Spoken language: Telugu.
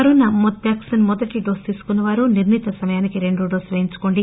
కోవిడ్ వ్యాక్సిన్ మొదటి డోసు తీసుకున్న వారు నిర్ణీత సమయానికే రెండవ డోసు వేయించుకోండి